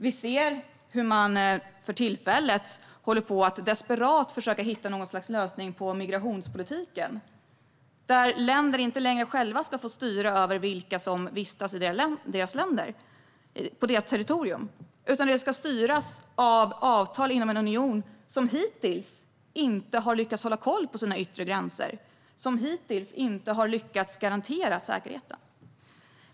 Vi ser hur man för tillfället håller på att desperat försöka hitta något slags lösning på migrationspolitiken, där länder inte längre själva ska få styra över vilka som vistas i deras länder och på deras territorium, utan detta ska styras av avtal inom en union som hittills inte har lyckats hålla koll på sina yttre gränser och garantera säkerheten.